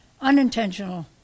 unintentional